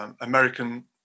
american